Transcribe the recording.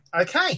Okay